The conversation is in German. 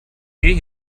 geh